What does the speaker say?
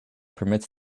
permits